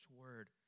word